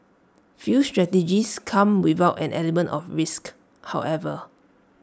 few strategies come without an element of risk however